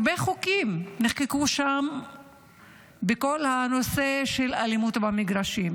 הרבה חוקים נחקקו שם בנושא של אלימות במגרשים,